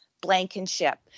Blankenship